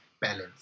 balance